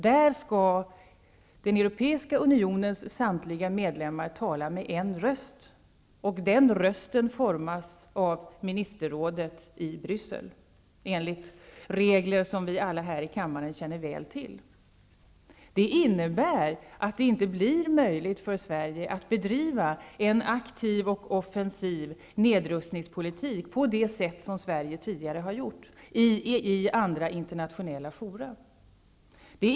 Den europeiska unionens samtliga medlemmar skall tala med en röst, och den rösten formas av ministerrådet i Bryssel enligt regler som vi alla här i kammaren väl känner till. Det innebär att det inte blir möjligt för Sverige att bedriva en aktiv och offensiv nedrustningspolitik på det sätt som Sverige tidigare har gjort i andra internationella fora.